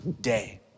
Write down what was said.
day